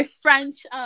French